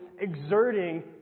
exerting